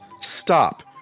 stop